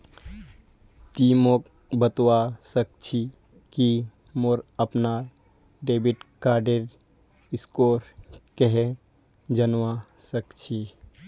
ति मोक बतवा सक छी कि मोर अपनार डेबिट कार्डेर स्कोर कँहे जनवा सक छी